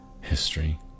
history